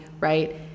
right